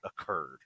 occurred